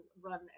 run